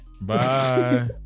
Bye